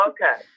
Okay